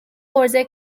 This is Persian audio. عرضهی